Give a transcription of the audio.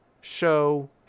show